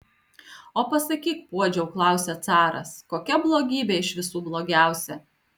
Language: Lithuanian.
o pasakyk puodžiau klausia caras kokia blogybė iš visų blogiausia